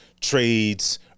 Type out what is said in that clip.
trades